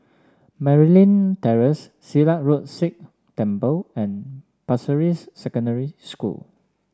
Merryn Terrace Silat Road Sikh Temple and Pasir Ris Secondary School